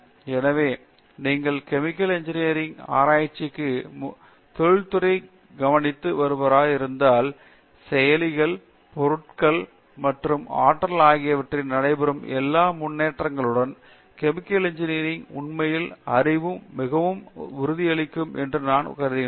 எனவே நீங்கள் chemical engineering ஆராய்ச்சிக்கான தொழில்முறையை கவனித்து வருபவராக இருந்தால் செயலிகள் பொருட்கள் மற்றும் ஆற்றல் ஆகியவற்றில் நடைபெறும் எல்லா முன்னேற்றங்களுடனும் கெமிக்கல் இன்ஜினியர உண்மையில் அறிவது மிகவும் உறுதியளிக்கும் என்று நான் கருதுகிறேன்